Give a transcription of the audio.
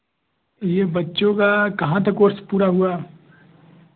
यह बच्चों का कहाँ तक कोर्स पूरा हुआ